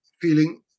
feeling